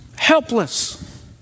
Helpless